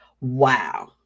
Wow